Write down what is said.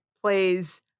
plays